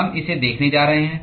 हम इसे देखने जा रहे हैं